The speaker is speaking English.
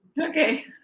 Okay